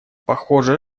похоже